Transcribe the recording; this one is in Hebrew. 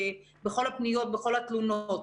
בכל התלונות.